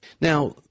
Now